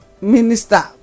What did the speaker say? minister